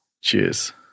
Cheers